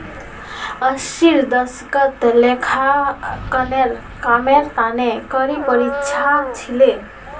अस्सीर दशकत लेखांकनेर कामेर तने कड़ी परीक्षा ह छिले